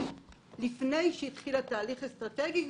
שזה עוד לפני שהתחיל התהליך האסטרטגי,